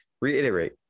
reiterate